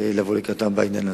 לבוא לקראתם בעניין הזה.